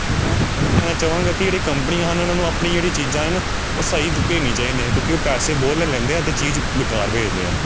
ਅਤੇ ਮੈਂ ਇਹ ਹੀ ਕਹਿਣਾ ਚਾਹਵਾਂਗਾ ਕਿ ਜਿਹੜੇ ਕੰਪਨੀਆਂ ਹਨ ਉਹਨਾਂ ਨੂੰ ਆਪਣੀ ਜਿਹੜੀ ਚੀਜ਼ਾਂ ਹਨ ਉਹ ਸਹੀ ਦਿਤੀ ਭੇਜਣੀਆਂ ਚਾਹੀਦੀਆਂ ਕਿਉਂਕਿ ਉਹ ਪੈਸੇ ਬਹੁਤ ਲੈ ਲੈਂਦੇ ਆ ਅਤੇ ਚੀਜ਼ ਬੇਕਾਰ ਭੇਜਦੇ ਹਨ